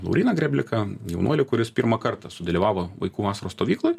lauryną grėbliką jaunuolį kuris pirmą kartą sudalyvavo vaikų vasaros stovykloj